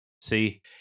See